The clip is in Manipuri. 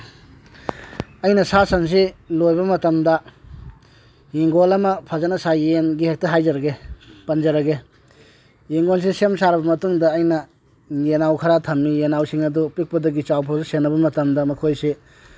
ꯑꯩꯅ ꯁꯥ ꯁꯟꯁꯤ ꯂꯣꯏꯕ ꯃꯇꯝꯗ ꯌꯦꯟꯒꯣꯟ ꯑꯃ ꯐꯖꯅ ꯁꯥꯏ ꯌꯦꯟꯒꯤ ꯍꯦꯛꯇ ꯍꯥꯏꯖꯔꯒꯦ ꯄꯟꯖꯔꯒꯦ ꯌꯦꯟꯒꯣꯟꯁꯦ ꯁꯦꯝ ꯁꯥꯔꯕ ꯃꯇꯨꯡꯗ ꯑꯩꯅ ꯌꯦꯅꯥꯎ ꯈꯔ ꯊꯝꯃꯤ ꯌꯦꯅꯥꯎꯁꯤꯡ ꯑꯗꯨ ꯄꯤꯛꯄꯗꯒꯤ ꯆꯥꯎꯕꯐꯥꯎꯁꯦ ꯁꯦꯟꯅꯕ ꯃꯇꯝꯗ ꯃꯈꯣꯏꯁꯦ